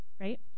Right